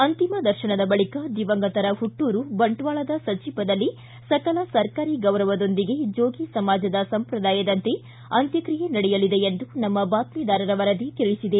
ಅಂತಿಮ ದರ್ಶನದ ಬಳಿಕ ದಿವಂಗತರ ಹುಟ್ಟೂರು ಬಂಟ್ವಾಳದ ಸಜಿಪದಲ್ಲಿ ಸಕಲ ಸರಕಾರಿ ಗೌರವದೊಂದಿಗೆ ಜೋಗಿ ಸಮಾಜದ ಸಂಪ್ರದಾಯದಂತೆ ಅಂತ್ಯಕ್ಷಿಯೆ ನಡೆಯಲಿದೆ ಎಂದು ನಮ್ಮ ಬಾತ್ತಿದಾರರ ವರದಿ ತಿಳಿಸಿದೆ